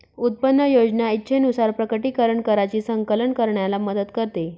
उत्पन्न योजना इच्छेनुसार प्रकटीकरण कराची संकलन करण्याला मदत करते